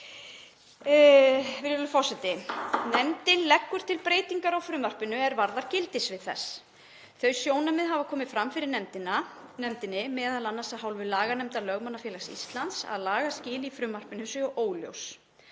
Nefndin leggur til breytingar á frumvarpinu er varða gildissvið þess. Þau sjónarmið hafa komið fram fyrir nefndinni, m.a. af hálfu laganefndar Lögmannafélags Íslands, að lagaskil í frumvarpinu séu óljós.